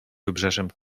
wybrzeżem